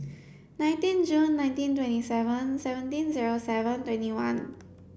nineteen June nineteen twenty seven seventeen zero seven twenty one